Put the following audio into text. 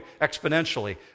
exponentially